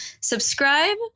subscribe